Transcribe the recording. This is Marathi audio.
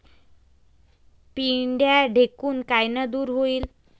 पिढ्या ढेकूण कायनं दूर होईन?